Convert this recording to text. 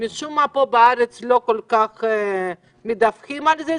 משום מה פה בארץ לא כל כך מדווחים על זה,